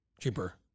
Cheaper